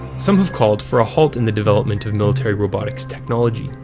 some have called for a halt in the development of military robotics technology,